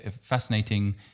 fascinating